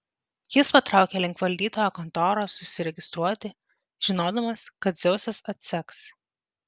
jis patraukė link valdytojo kontoros užsiregistruoti žinodamas kad dzeusas atseks